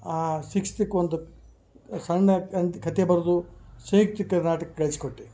ಆ ಸಿಕ್ಸ್ಲಿಕ್ಕೆ ಒಂದು ಸಣ್ಣ ಕತೆ ಬರ್ದು ಸಂಯುಕ್ತ ಕರ್ನಾಟಕ ಕಳಿಸಿಕೊಟ್ಟೆ